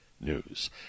news